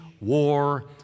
war